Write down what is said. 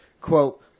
quote